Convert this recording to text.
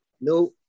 No